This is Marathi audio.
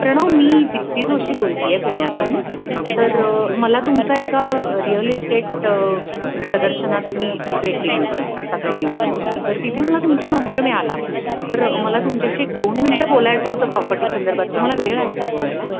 प्रणव मी दिप्ती जोशी बोलते आहे पुण्यातून तर मला तुमचा एका रियल इस्टेट प्रदर्शनात मी भेट दिली होती आत्ता काही दिवसांपूर्वी तर तिथे मला तुमचा नंबर मिळाला तर मला तुमच्याशी दोन मिनटं बोलायचं होतं प्रॉपर्टी संदर्भात तुम्हाला वेळ आहे का बोलायला